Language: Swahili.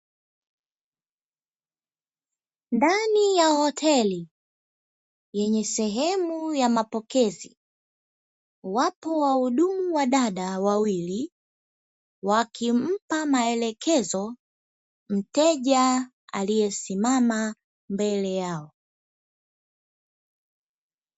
Ndani ya hoteli yenye sehemu ya mapokezi, wapo wahudumu wadada wawili, wakimpa maelekezo mteja aliyesimama mbele yao.